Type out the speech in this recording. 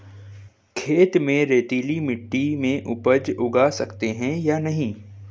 खेत में रेतीली मिटी में उपज उगा सकते हैं या नहीं?